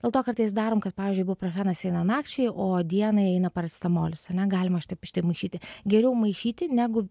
dėl to kartais darom kad pavyzdžiui ibuprofenas eina nakčiai o dienai eina paracetamolis ane galima šitaip šitaip maišyti geriau maišyti negu